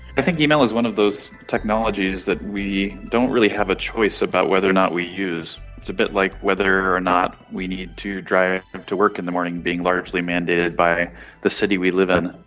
i think email is one of those technologies that we don't really have a choice about whether or not we use. it's a bit like whether or not we need to drive to work in the morning being largely mandated by the city we live in.